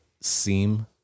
seem